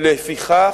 לפיכך,